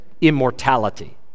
immortality